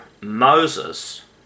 Moses